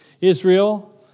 Israel